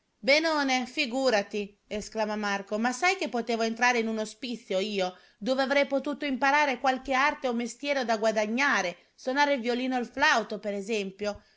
benone figurati esclama marco ma sai che potevo entrare in un ospizio io dove avrei potuto imparare qualche arte o mestiere da guadagnare sonare il violino o il flauto per esempio